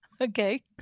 Okay